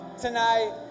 tonight